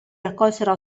raccolsero